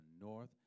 north